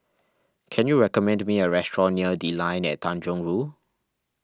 can you recommend me a restaurant near the Line At Tanjong Rhu